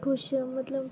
खुश मतलब